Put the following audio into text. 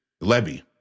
Levy